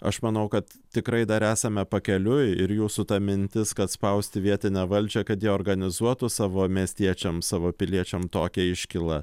aš manau kad tikrai dar esame pakeliui ir jūsų ta mintis kad spausti vietinę valdžią kad ji organizuotų savo miestiečiams savo piliečiam tokią iškylą